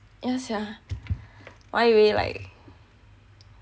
yah sia 我还以为 like